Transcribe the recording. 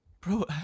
bro